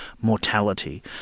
mortality